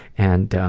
and